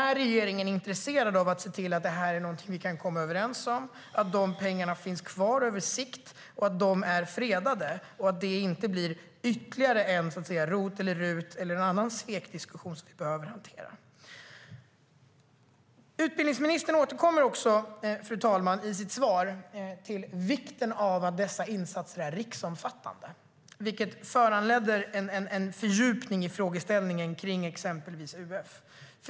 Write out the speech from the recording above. Är regeringen intresserad av att se till att vi kan komma överens om att de pengarna finns kvar på sikt och är fredade och att det inte blir ytterligare en ROT eller RUT eller annan svekdiskussion som vi behöver hantera? Utbildningsministern återkommer i sitt svar, fru talman, till vikten av att dessa insatser är riksomfattande. Det föranleder en fördjupning i frågeställningen kring exempelvis UF.